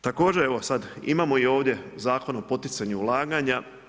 Također evo sad imamo i ovdje Zakon o poticanju ulaganja.